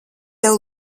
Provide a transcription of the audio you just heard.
tevi